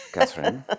Catherine